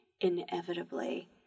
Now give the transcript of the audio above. inevitably